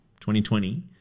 2020